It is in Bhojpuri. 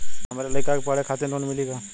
हमरे लयिका के पढ़े खातिर लोन मिलि का?